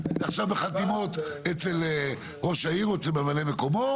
עכשיו החתימות אצל ראש העיר או אצל ממלא מקומו,